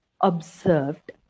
observed